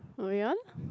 oh ya